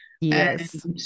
Yes